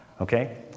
okay